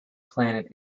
planet